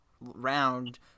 round